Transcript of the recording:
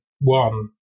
one